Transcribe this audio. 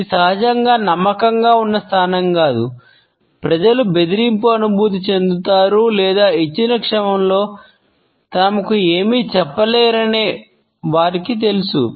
ఇది సహజంగా నమ్మకంగా ఉన్న స్థానం కాదు ప్రజలు బెదిరింపు అనుభూతి చెందుతారు లేదా ఇచ్చిన క్షణంలో తమకు ఏమీ చెప్పలేరని వారికి తెలుసు